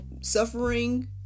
suffering